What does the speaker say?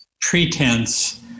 pretense